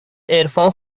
عرفان